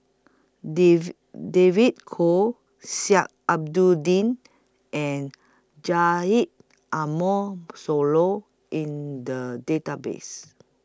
David David Kwo Sheik Alau'ddin and Haji Ambo Sooloh in The Database